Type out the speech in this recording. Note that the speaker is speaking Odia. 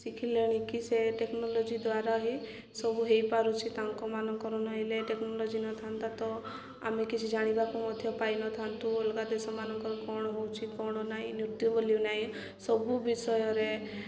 ଶିଖିଲେଣି କିି ସେ ଟେକ୍ନୋଲୋଜି ଦ୍ୱାରା ହିଁ ସବୁ ହେଇପାରୁଛି ତାଙ୍କମାନଙ୍କର ନହଲେ ଟେକ୍ନୋଲୋଜି ନଥାନ୍ତା ତ ଆମେ କିଛି ଜାଣିବାକୁ ମଧ୍ୟ ପାଇନଥାନ୍ତୁ ଅଲଗା ଦେଶମାନଙ୍କର କ'ଣ ହେଉଛି କ'ଣ ନାହିଁ ନୃତ୍ୟ ବୋଲି ନାହିଁ ସବୁ ବିଷୟରେ